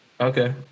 okay